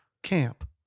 Camp